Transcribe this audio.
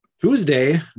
Tuesday